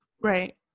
Right